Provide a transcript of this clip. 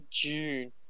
June